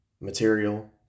material